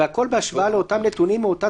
והכול בהשוואה לאותם נתונים מאותה